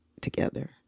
together